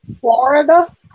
Florida